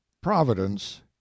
providence